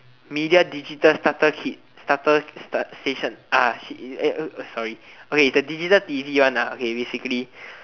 media digital starter kit starter station ah shit eh sorry okay is the digital t_v one ah okay basically